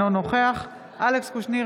אינו נוכח אלכס קושניר,